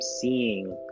seeing